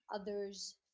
others